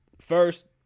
First